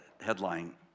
headline